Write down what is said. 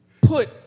put